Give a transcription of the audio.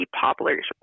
poplars